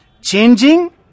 Changing